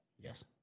Yes